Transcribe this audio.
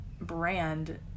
brand